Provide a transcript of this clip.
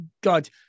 God